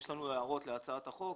יש לנו הערות להצעת החוק.